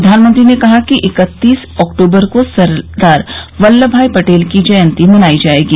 प्रधानमंत्री ने कहा कि इकत्तीस अक्टूबर को सरदार वल्लभ भाई पटेल की जयंती मनाई जाएगी